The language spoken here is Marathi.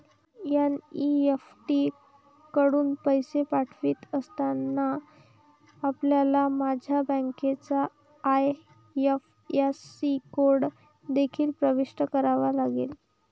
एन.ई.एफ.टी कडून पैसे पाठवित असताना, आपल्याला माझ्या बँकेचा आई.एफ.एस.सी कोड देखील प्रविष्ट करावा लागेल